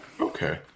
Okay